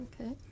Okay